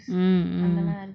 mm mm